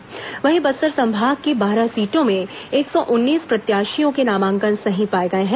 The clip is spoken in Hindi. दस और सबसे वहीं बस्तर संभाग की बारह सीटों में एक सौ उन्नीस प्रत्याशियों के नामांकन सही पाए गए हैं